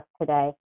today